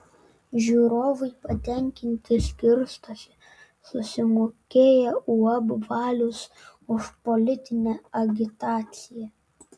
žiūrovai patenkinti skirstosi susimokėję uab valius už politinę agitaciją